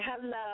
Hello